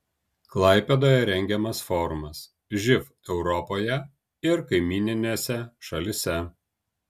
klaipėdoje rengiamas forumas živ europoje ir kaimyninėse šalyse